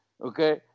Okay